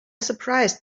surprised